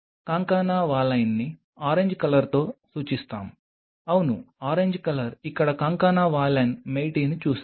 కాంకానా వాలైన్ని ఆరెంజ్ కలర్తో సూచిస్తాం అవును ఆరెంజ్ కలర్ ఇక్కడ కాంకానా వాలైన్ మోయిటీని చూశాను